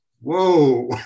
whoa